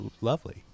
lovely